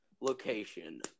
location